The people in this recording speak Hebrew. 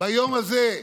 ביום הזה,